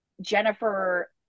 Jennifer